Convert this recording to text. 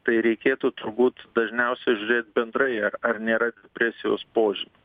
tai reikėtų turbūt dažniausiai žiūrėt bendrai ar ar nėra depresijos požymių